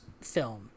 film